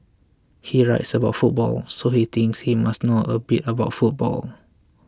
he writes about football so he thinks he must know a bit about football